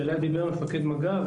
שעליה ידבר מפקד מג"ב,